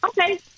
okay